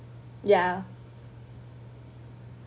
ya